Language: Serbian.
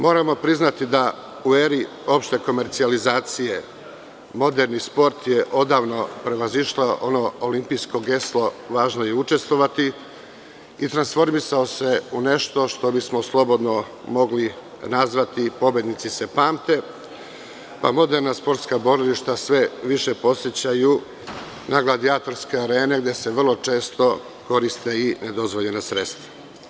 Moramo priznati da u eri opšte komercijalizacije, moderni sport je odavno prevazišlo ono olimpijsko geslo – važno je učestvovati i transformisao se u nešto, što bismo slobodno mogli nazvati – pobednici se pamte, a borbena sportska borilišta sve više podsećaju na gladijatorske arene, gde se vrlo često koriste i nedozvoljena sredstva.